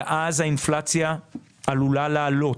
ואז האינפלציה עלולה לעלות.